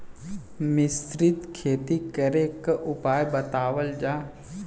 मिश्रित खेती करे क उपाय बतावल जा?